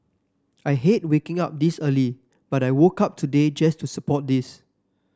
I hate waking up this early but I woke up today just to support this